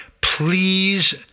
please